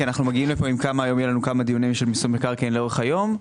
כי יהיו לנו כמה דיונים של מיסוי מקרקעין לאורך היום.